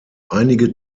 einige